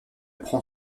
prend